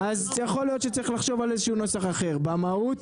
אם שתי המשחטות באותה בעלות,